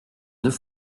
deux